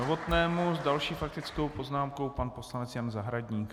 S další faktickou poznámkou pan poslanec Jan Zahradník.